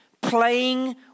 playing